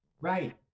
right